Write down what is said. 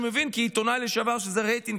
אני מבין כעיתונאי לשעבר שזה רייטינג,